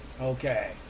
Okay